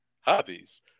hobbies